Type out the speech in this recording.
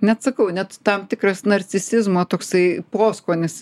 net sakau net tam tikras narcisizmo toksai poskonis